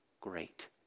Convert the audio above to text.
great